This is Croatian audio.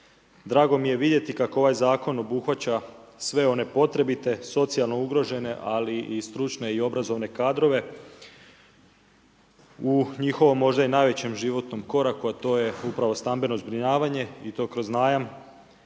Drago mi je vidjeti kako ovaj zakon obuhvaća sve one potrebite, socijalno ugrožene ali i stručne i obrazovane kadrove u njihovom možda i najvećem životnom koraku a to je upravo stambeno zbrinjavanje i to kroz najam